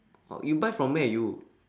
oh you buy from where you